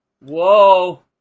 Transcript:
Whoa